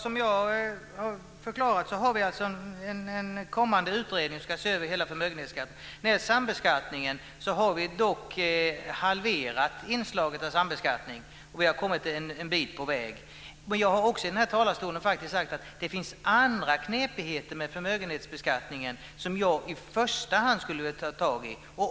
Fru talman! Som jag har förklarat ska en kommande utredning se över hela förmögenhetsskatten. När det gäller sambeskattningen har vi dock halverat inslaget av sambeskattning. Vi har kommit en bit på väg. Men jag har också i den här talarstolen sagt att det finns andra knepigheter med förmögenhetsbeskattningen som jag i första hand skulle vilja ta tag i.